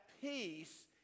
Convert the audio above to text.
peace